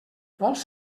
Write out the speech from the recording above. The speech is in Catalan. vols